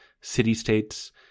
city-states